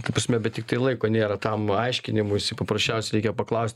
ta prasme bet tiktai laiko nėra tam aiškinimuisi paprasčiausiai reikia paklaust